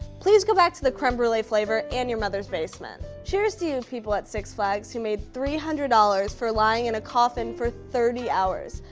please go back to the creme brulee flavor and your mother's basement. cheers to you people at six flags who made three hundred dollars for lying in a coffin for thirty hours.